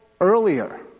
earlier